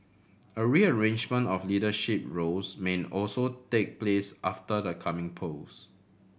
a rearrangement of leadership roles may also take place after the coming polls